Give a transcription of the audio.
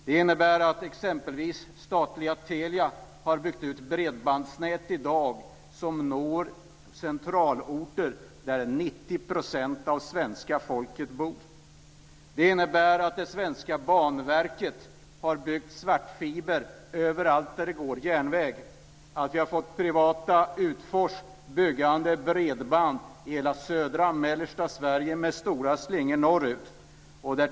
Det innebär att exempelvis statliga Telia har byggt ut bredbandsnät i dag som når centralorter där 90 % Det innebär att det svenska Banverket har byggt svartfiber överallt där det går järnväg. Vi har fått privata Utfors byggande bredband i hela södra och mellersta Sverige med stora slingor norrut.